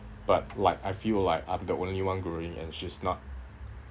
but like I feel like I'm the only one growing and she's not